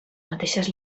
mateixes